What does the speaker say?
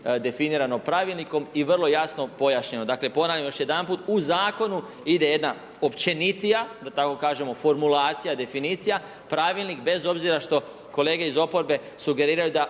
definirano pravilnikom i vrlo jasno pojašnjeno. Dakle, ponavljam još jedanput. U Zakonu ide jedna općenitija, da tako kažemo, formulacija definicija, pravilnik bez obzira što kolege iz oporbe sugeriraju da